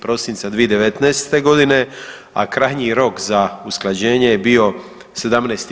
Prosinca 2019. godine, a krajnji rok za usklađenje je bio 17.